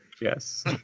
Yes